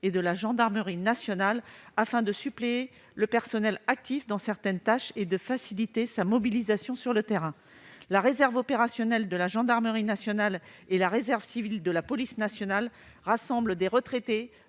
et de la gendarmerie nationale, afin de suppléer le personnel actif dans certaines tâches et de faciliter sa mobilisation sur le terrain. La réserve opérationnelle de la gendarmerie nationale et la réserve civile de la police nationale rassemblent des retraités